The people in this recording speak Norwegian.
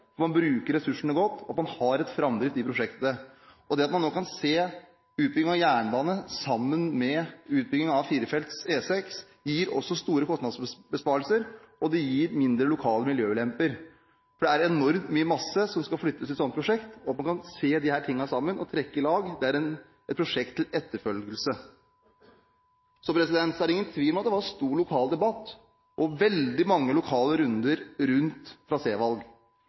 Man bruker ressursene godt, og man har framdrift i prosjektet. Det at man nå kan se utbyggingen av jernbane sammen med utbyggingen av firefelts E6, gir også store kostnadsbesparelser, og det gir mindre lokale miljøulemper. Det er enormt mye masse som skal flyttes i et sånt prosjekt, og det at man kan se disse tingene sammen og trekke i lag, er et prosjekt til etterfølgelse. Det er ingen tvil om at det var stor lokal debatt, og det var veldig mange lokale runder rundt